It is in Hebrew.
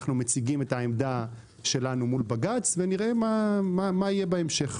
אנחנו מציגים את העמדה שלנו מול בג"ץ ונראה מה יהיה בהמשך.